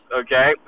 okay